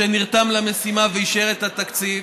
שנרתם למשימה ואישר את התקציב,